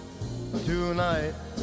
tonight